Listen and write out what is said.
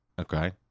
Okay